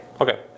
Okay